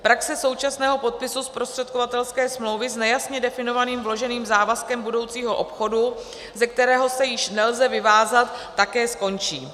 Praxe současného podpisu zprostředkovatelské smlouvy s nejasně definovaným vloženým závazkem budoucího obchodu, ze kterého se již nelze vyvázat, také skončí.